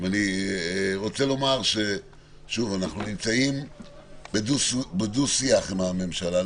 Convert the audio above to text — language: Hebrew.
אני רוצה לומר שאנחנו נמצאים בדו שיח עם הממשלה.